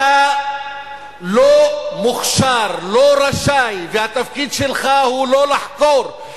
אתה לא מוכשר, לא רשאי, והתפקיד שלך הוא לא לחקור.